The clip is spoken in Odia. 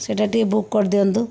ସେଇଟା ଟିକିଏ ବୁକ୍ କରିଦିଅନ୍ତୁ